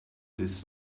this